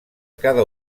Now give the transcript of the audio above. cada